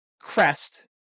crest